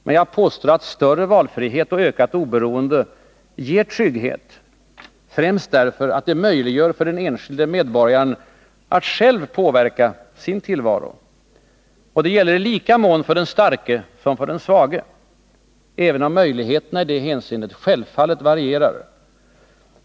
Men större valfrihet och ökat oberoende ger trygghet främst därför att det möjliggör för den enskilde medborgaren att själv påverka sin tillvaro. Det gäller i lika mån för den starke som för den svage, även om möjligheterna i det hänseendet självfallet varierar.